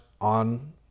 on